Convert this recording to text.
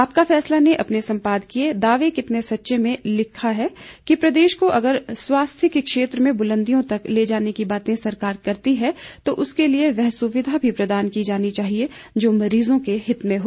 आपका फैसला ने अपने सम्पादकीय दावे कितने सच्चे में लिखता है कि प्रदेश को अगर स्वास्थ्य के क्षेत्र में बुलंदियों तक ले जाने की बातें सरकार करती है तो उसके लिये वह सुविधा भी प्रदान की जानी चाहिये जो मरीजों के हित में हो